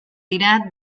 dira